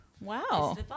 Wow